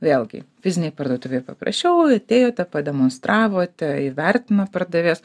vėlgi fizinėj parduotuvėj paprasčiau atėjote pademonstravote įvertina pardavėjas